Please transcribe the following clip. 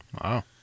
Wow